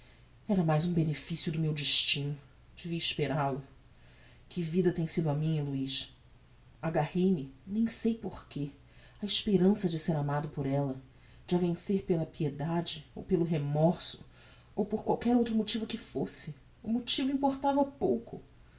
era mais um beneficio do meu destino devia esperal o que vida tem sido a minha luiz agarrei-me nem sei por que á esperança de ser amado por ella de a vencer pela piedade ou pelo remorso ou por qualquer outro motivo que fosse o motivo importava pouco